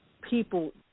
people